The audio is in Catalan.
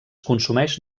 consumeix